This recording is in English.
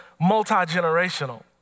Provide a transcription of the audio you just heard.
multi-generational